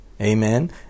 Amen